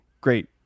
great